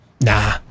Nah